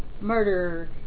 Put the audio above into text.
murder